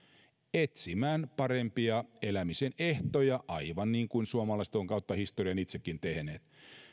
etsimään parempia elämisen ehtoja aivan niin kuin suomalaiset ovat kautta historian itsekin tehneet